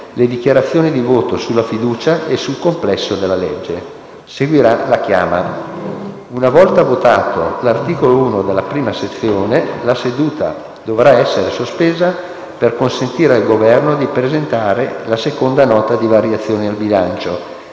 le dichiarazioni di voto sulla fiducia e sul complesso della legge. Seguirà la chiama. Una volta votato l'articolo 1 della prima sezione, la seduta dovrà essere sospesa per consentire al Governo di presentare la seconda Nota di variazioni al bilancio